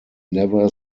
never